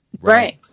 Right